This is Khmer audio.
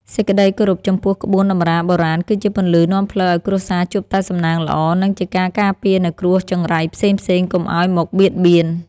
សេចក្តីគោរពចំពោះក្បួនតម្រាបុរាណគឺជាពន្លឺនាំផ្លូវឱ្យគ្រួសារជួបតែសំណាងល្អ និង ជាការការពារនូវគ្រោះចង្រៃផ្សេងៗកុំឱ្យមកបៀតបៀន។